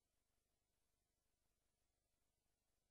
והחוק